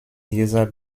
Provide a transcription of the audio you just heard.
dieser